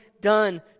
done